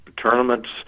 tournaments